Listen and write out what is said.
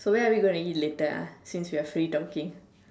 so where are we going to eat later ah since we are free talking